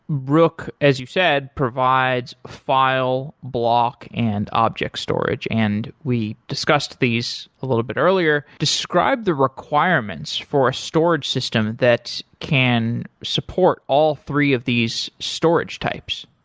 rook, as you said, provides file block and objects storage, and we discussed these a little bit earlier. describe the requirements for a storage system that can support all three of these storage types.